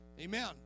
Amen